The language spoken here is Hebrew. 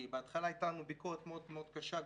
כי בהתחלה הייתה לנו ביקורת מאוד מאוד קשה,